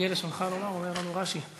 הרגל לשונך לומר, אומר לנו רש"י.